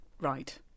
Right